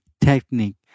technique